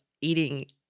eating